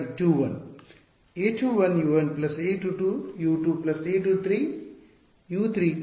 A21 U 1 A22U 2 A23U 3 0 0 ವಿದ್ಯಾರ್ಥಿ ಸಮಯ ನೋಡಿ 0836